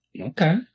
Okay